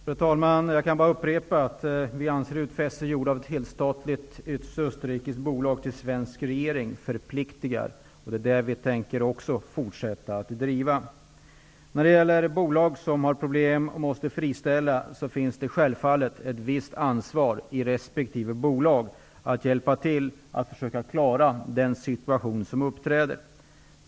Fru talman! Jag kan bara upprepa att vi anser att utfästelser gjorda av ett helstatligt österrikiskt bolag till en svensk regering förpliktigar och att vi tänker fortsätta att driva den inställningen. Bolag som problem och måste friställa har självfallet ett visst ansvar för att försöka klara den situation som uppkommer.